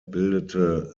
bildete